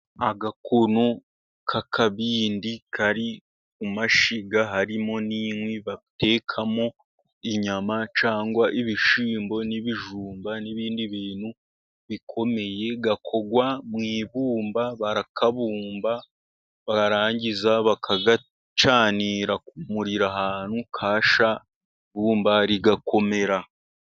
Agakono k'akabindi kari ku mashyiga harimo n'inkwi, batekamo inyama cyangwa ibishyimbo n'ibijumba n'ibindi bintu bikomeye. Gakorwa mu ibumba, barakabumba, barangiza bakagacanira ku muriro ahantu, kashya, ibumba rigakomera.